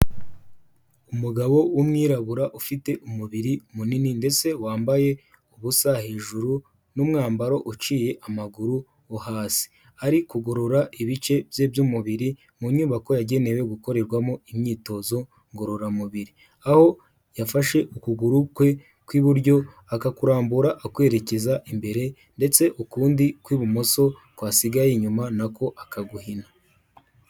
Umugabo w'umwirabura ufite umubiri munini ndetse wambaye ubusa hejuru n'umwambaro uciye amaguru wo hasi, ari kugorora ibice bye by'umubiri mu nyubako yagenewe gukorerwamo imyitozo ngororamubiri. Aho yafashe ukuguru kwe kw'iburyo akakurambura akwerekeza imbere ndetse ukundi kw'ibumoso kwasigaye inyuma nako akaguhina.